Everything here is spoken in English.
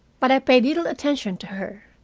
but i paid little attention to her.